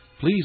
Please